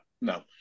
No